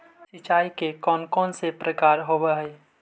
सिंचाई के कौन कौन से प्रकार होब्है?